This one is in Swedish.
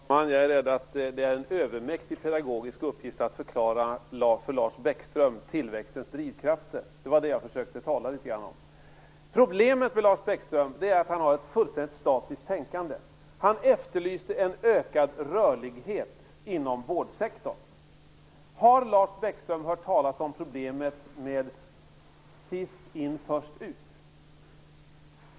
Fru talman! Jag är rädd att det är en övermäktig pedagogisk uppgift för Lars Bäckström att förklara tillväxtens drivkrafter. Det var ju det som jag litet grand försökte tala om. Problemet med Lars Bäckström är att han har ett fullständigt statiskt tänkande. Han efterlyste ökad rörlighet inom vårdsektorn. Men har Lars Bäckström hört talas om problemet sist in, först ut?